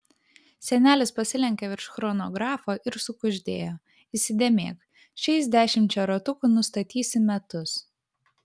senelis pasilenkė virš chronografo ir sukuždėjo įsidėmėk šiais dešimčia ratukų nustatysi metus